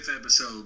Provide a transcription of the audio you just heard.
episode